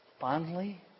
Fondly